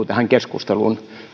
tähän keskusteluun